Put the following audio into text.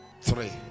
Three